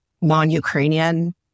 non-Ukrainian